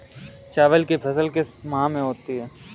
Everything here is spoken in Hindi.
चावल की फसल किस माह में होती है?